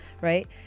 right